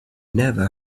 never